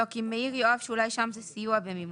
יואב מעיר שאולי שם זה סיוע במימון.